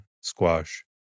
squash